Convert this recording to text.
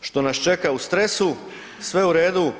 što nas čeka u stresu sve u redu.